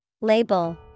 Label